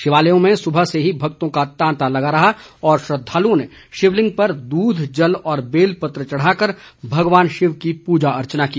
शिवालयों में सुबह से ही भक्तों का तांता लगा रहा और श्रद्धालुओं ने शिवलिंग पर दूध जल और बेल पत्र चढ़ाकर भगवान शिव की पूजा अर्चना की